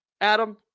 Adam